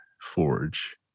Forge